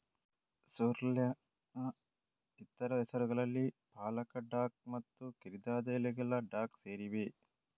ಸೋರ್ರೆಲ್ನ ಇತರ ಹೆಸರುಗಳಲ್ಲಿ ಪಾಲಕ ಡಾಕ್ ಮತ್ತು ಕಿರಿದಾದ ಎಲೆಗಳ ಡಾಕ್ ಸೇರಿವೆ